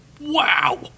wow